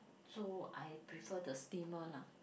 so I prefer the steamer lah